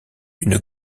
une